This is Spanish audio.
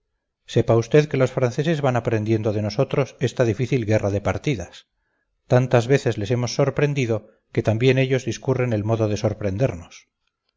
sepa usted que los franceses van aprendiendo de nosotros esta difícil guerra de partidas tantas veces les hemos sorprendido que también ellos discurren el modo de sorprendernos